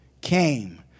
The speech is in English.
came